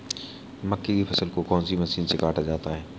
मक्के की फसल को कौन सी मशीन से काटा जाता है?